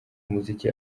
umuziki